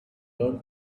learn